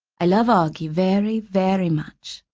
i love auggie very, very much,